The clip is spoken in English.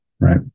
right